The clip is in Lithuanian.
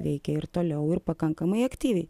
veikia ir toliau ir pakankamai aktyviai